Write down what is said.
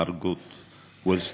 מרגוט ולסטרם,